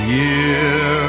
year